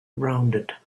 rounded